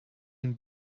den